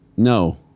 No